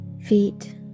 feet